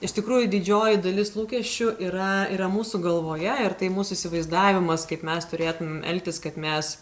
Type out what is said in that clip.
iš tikrųjų didžioji dalis lūkesčių yra yra mūsų galvoje ir tai mūsų įsivaizdavimas kaip mes turėtumėm elgtis kad mes